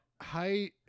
hi